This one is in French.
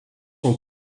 ont